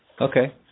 Okay